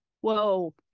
Whoa